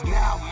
now